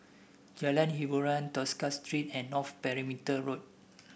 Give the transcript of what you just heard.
Jalan Hiboran Tosca Street and North Perimeter Road